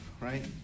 right